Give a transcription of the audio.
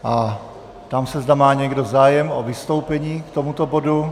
Ptám se, zda má někdo zájem o vystoupení k tomuto bodu.